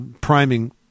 priming